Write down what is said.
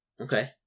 Okay